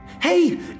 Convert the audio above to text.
Hey